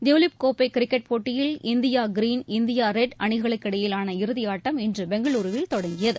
tulip கோப்பை cricket போட்டியில் India green India red அணிகளுக்கிடையிலான இறுதியாட்டம் இன்று பெங்களுருவில் தொடங்கியது